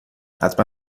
حتما